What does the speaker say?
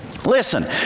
Listen